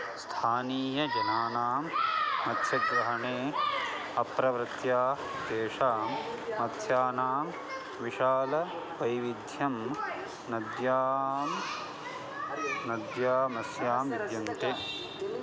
स्थानीयजनानां मत्स्यग्रहणे अप्रवृत्या तेषां मत्स्यानां विशालवैविध्यं नद्यां नद्यामस्यां विद्यन्ते